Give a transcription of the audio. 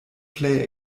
plej